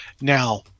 Now